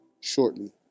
shortly